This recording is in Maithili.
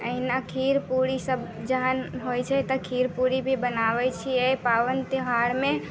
एहिना खीर पूड़ीसब जहन होइ छै तऽ खीर पूड़ी भी बनाबै छिए पाबनि तिहारमे